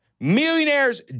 millionaires